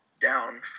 down